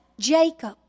Jacob